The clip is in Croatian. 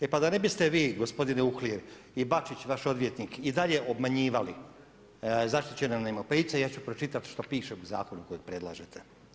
E pa da ne biste vi gospodine Uhlir i Bačić vaš odvjetnik i dalje obmanjivali zaštićene najmoprimce ja ću pročitati što piše u zakonu kojeg predlažete.